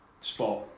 spot